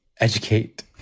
educate